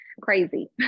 crazy